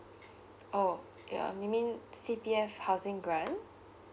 oh you mena C_P_F housing grant